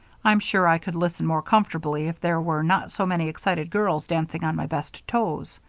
i'm sure i could listen more comfortably if there were not so many excited girls dancing on my best toes.